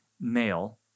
male